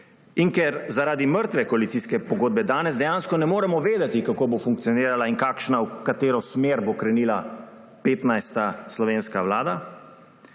in ker zaradi mrtve koalicijske pogodbe danes dejansko ne moremo vedeti, kako bo funkcionirala in v katero smer bo krenila 15. slovenska vlada,